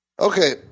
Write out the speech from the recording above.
Okay